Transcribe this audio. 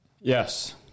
Yes